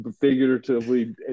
figuratively